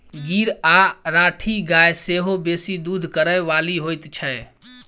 गीर आ राठी गाय सेहो बेसी दूध करय बाली होइत छै